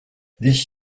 this